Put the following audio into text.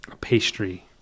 pastry